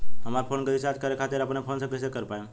हमार फोन के रीचार्ज करे खातिर अपने फोन से कैसे कर पाएम?